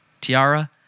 tiara